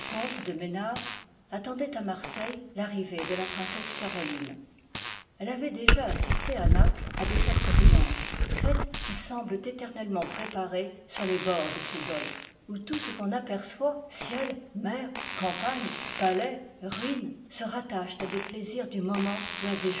de mesnar d attendoient à marseille l'arrivée de la princesse caroline elle avoit déjà assisté ànaples à des fêtes brillanteis fêtes qui semblent éternellement préparées sur les bords de ce golfe oii tout ce qu'on aperçoit ciel mer campagnes palais ruines se rattachent à des plaisirs du moment ou à des